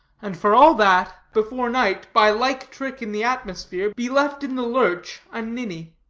and for all that, before night, by like trick in the atmosphere, be left in the lurch a ninny.